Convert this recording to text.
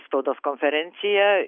spaudos konferencija